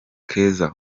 keza